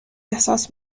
احساس